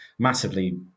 massively